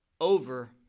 over